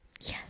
Yes